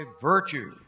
virtue